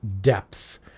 depths